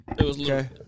Okay